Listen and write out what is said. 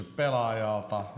pelaajalta